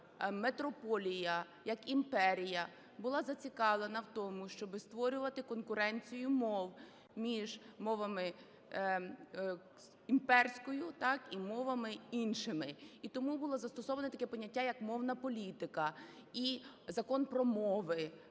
метрополія, як імперія була зацікавлена в тому, щоби створювати конкуренцію мов між мовами імперською – так? – і мовами іншими. І тому було застосовано таке поняття як "мовна політика" і "закон про мови".